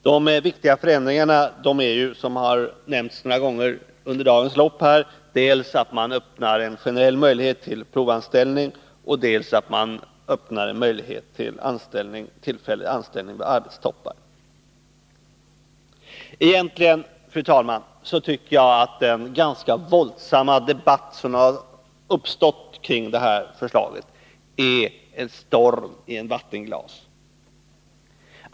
De viktiga förändringarna är — vilket har nämnts flera gånger under dagens lopp — att man öppnar dels en generell möjlighet till provanställning, dels en möjlighet till tillfällig anställning vid arbetstoppar. Egentligen tycker jag, fru talman, att den ganska våldsamma debatt som har uppstått kring det här förslaget är en storm i ett vattenglas.